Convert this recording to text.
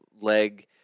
leg